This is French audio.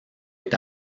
est